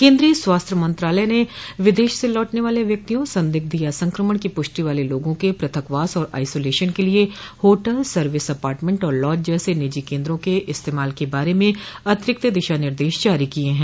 केन्द्रीय स्वास्थ्य मंत्रालय ने विदेश से लौटने वाले व्यक्तियों संदिग्ध या संक्रमण की पुष्टि वाले लोगों के प्रथकवास और आइसोलेशन के लिए होटल सर्विस अर्पाटमेंट और लॉज जैसे निजी केन्द्रों के इस्तेमाल के बारे में अतिरिक्त दिशा निर्देश जारी किये हैं